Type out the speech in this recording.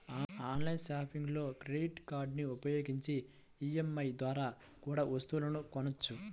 online షాపింగ్లో credit కార్డులని ఉపయోగించి ఈ.ఎం.ఐ ద్వారా కూడా వస్తువులను కొనొచ్చు